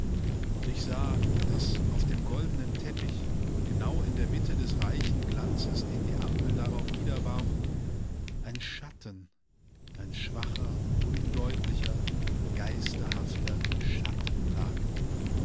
und ich sah daß auf dem goldenen teppich genau in der mitte des reichen glanzes den die ampel darauf niederwarf ein schatten ein schwacher undeutlicher geisterhafter schatten lag